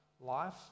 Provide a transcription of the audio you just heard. life